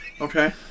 Okay